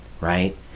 right